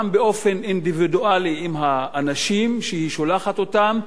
גם באופן אינדיבידואלי כשהיא שולחת אותם,